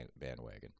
bandwagon